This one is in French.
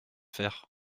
faire